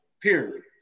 period